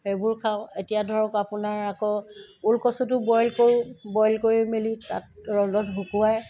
সেইবোৰ খাওঁ এতিয়া ধৰক আপোনাৰ আকৌ ওলকচুটো বইল কৰোঁ বইল কৰি মেলি তাক ৰ'দত শুকোৱাই